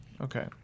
Okay